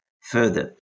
further